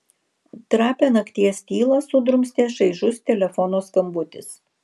trapią nakties tylą sudrumstė šaižus telefono skambutis